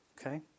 Okay